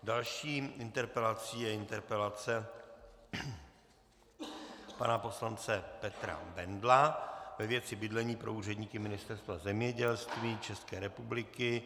Další interpelací je interpelace pana poslance Petra Bendla ve věci bydlení pro úředníky Ministerstva zemědělství České republiky.